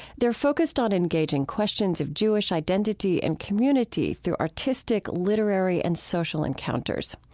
they're focused on engaging questions of jewish identity and community through artistic, literary, and social encounters.